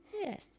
Yes